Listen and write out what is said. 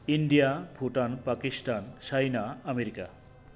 India Bhutan Pakistan China America